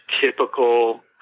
typical